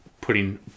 putting